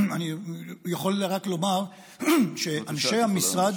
אני יכול רק לומר שאנשי המשרד,